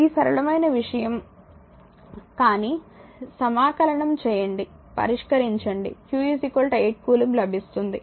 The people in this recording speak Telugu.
ఈ సరళమైన విషయం కానీ సమాకలనంఇంటిగ్రేట్ చేయండి పరిష్కరించండి q 8 కూలుంబ్ లభిస్తుంది